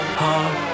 heart